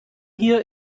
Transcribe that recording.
hier